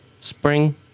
Spring